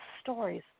stories